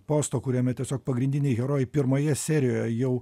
posto kuriame tiesiog pagrindiniai herojai pirmoje serijoje jau